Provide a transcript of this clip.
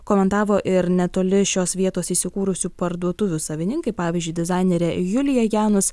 komentavo ir netoli šios vietos įsikūrusių parduotuvių savininkai pavyzdžiui dizainerė julija janus